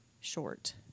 short